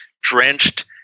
drenched